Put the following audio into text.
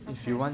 sometimes